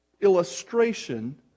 illustration